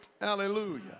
Hallelujah